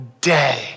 day